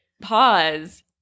Pause